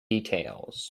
details